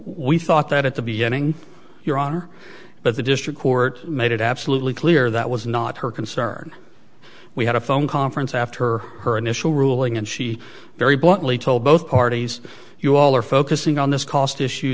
we thought that at the beginning your honor but the district court made it absolutely clear that was not her concern we had a phone conference after her initial ruling and she very bluntly told both parties you all are focusing on this cost issue